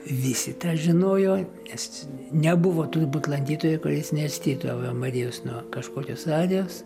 visi žinojo nes nebuvo turbūt lankytojo kuris neskirtų ave marijos nuo kažkokios arijos